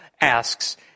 asks